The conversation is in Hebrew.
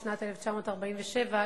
בשנת 1947,